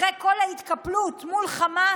אחרי כל ההתקפלות מול חמאס?